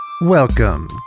Welcome